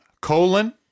colon